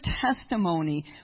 testimony